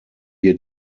wir